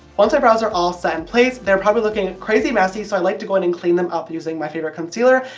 once my brows are all set in place, they're probably looking crazy messy, so i like to go in and clean them up using my favourite concealer,